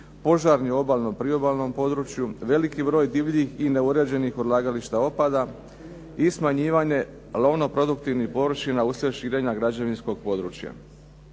požar na obalnom i priobalnom području, veliki broj divljih i neuređenih odlagališta otpada i smanjivanje lovno produktivnih površina usred širenja građevinskog područja.